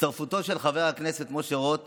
הצטרפותו של חבר הכנסת משה רוט